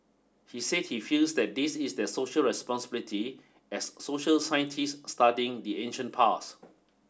he said he feels that this is their social responsibility as social scientists studying the ancient past